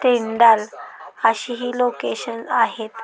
ट्रिंडल अशी ही लोकेशन आहेत